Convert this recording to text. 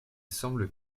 semble